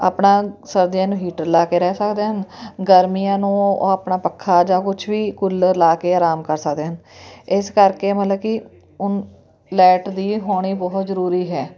ਆਪਣਾ ਸਰਦੀਆਂ ਨੂੰ ਹੀਟਰ ਲਾ ਕੇ ਰਹਿ ਸਕਦੇ ਹਨ ਗਰਮੀਆਂ ਨੂੰ ਆਪਣਾ ਪੱਖਾ ਜਾਂ ਕੁਛ ਵੀ ਕੂਲਰ ਲਾ ਕੇ ਆਰਾਮ ਕਰ ਸਕਦੇ ਹਨ ਇਸ ਕਰਕੇ ਮਤਲਬ ਕਿ ਲਾਈਟ ਦੀ ਹੋਣੀ ਬਹੁਤ ਜ਼ਰੂਰੀ ਹੈ